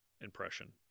impression